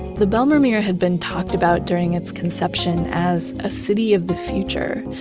the bijlmermeer had been talked about during its conception as a city of the future.